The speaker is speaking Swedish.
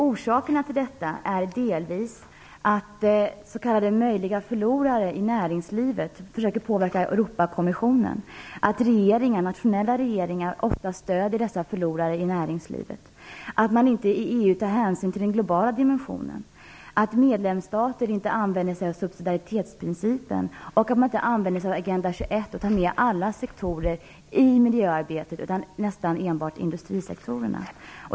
Orsakerna till detta är delvis att s.k. möjliga förlorare i näringslivet försöker påverka Europakommissionen, att nationella regeringar oftast stöder dessa förlorare i näringslivet, att man i EU inte tar hänsyn till den globala dimensionen, att medlemsstater inte använder sig av subsidiaritetsprincipen och att man inte använder sig av Agenda 21 och tar med alla sektorer i miljöarbetet utan nästan enbart industrisektorerna.